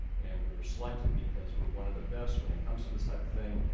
and we were selected because we're one of the best when it comes to this type of thing.